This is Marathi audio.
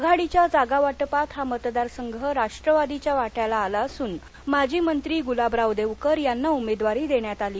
आघाडीच्या जागावाटपात हा मतदार संघ राष्ट्रवादीच्या वाट्याला आला असून माजी मंत्री गुलाबराव देवकर यांना उमेदवारी देण्यात आली